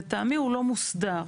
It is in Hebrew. לטעמי הוא לא מוסדר.